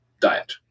diet